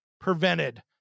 prevented